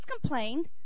complained